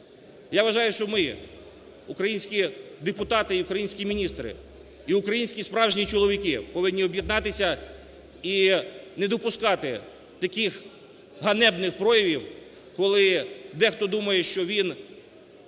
Я вважаю, що ми, українські депутати і українські міністри, і українські справжні чоловіки, об'єднатися і не допускати таких ганебних проявів, коли дехто думає, що він